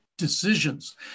decisions